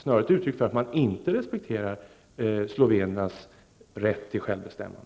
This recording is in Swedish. är ett uttryck för att man inte respekterar slovenernas rätt till självbestämmande.